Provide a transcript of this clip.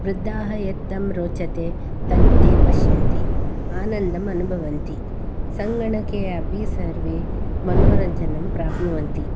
वृद्धाः यत् तं रोचते तत् ते पश्यन्ति आनन्दम् अनुभवन्ति सङ्गणके अपि सर्वे मनोरञ्जनं प्राप्नुवन्ति